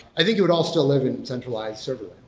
i think it would all still live in centralized server